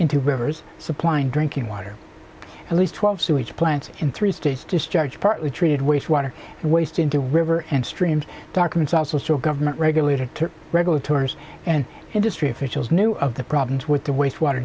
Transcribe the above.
into rivers supplying drinking water at least twelve sewage plants in three states discharged partly treated waste water waste into river and streams documents also show government regulators regulatory and industry officials knew of the problems with the wastewater